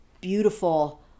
beautiful